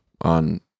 on